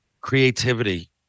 creativity